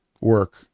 work